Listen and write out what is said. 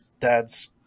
dad's